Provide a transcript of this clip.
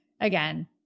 again